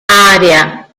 aria